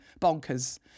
Bonkers